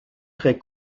très